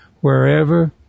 wherever